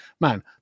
man